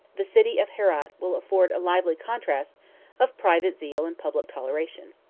the city of herat will afford a lively contrast of private zeal and public toleration.